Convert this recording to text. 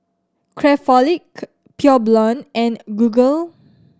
Craftholic Pure Blonde and Google